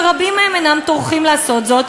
אבל רבים מהם אינם טורחים לעשות זאת.